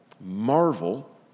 Marvel